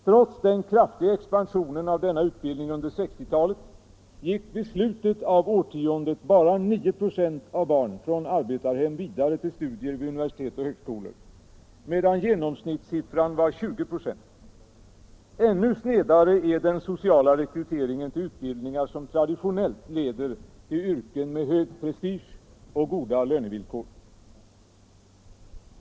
Trots den kraftiga expansionen av denna utbildning under 1960-talet gick vid slutet av årtiondet bara 9 96 av barnen från arbetarhem vidare till studier vid universitet och högskolor, medan genomsnittssiffran var 20 96. Ännu snedare är den sociala rekryteringen till utbildningar som traditionellt leder till yrken med hög prestige och goda lönevillkor.